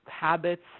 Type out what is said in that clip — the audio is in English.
habits